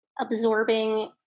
absorbing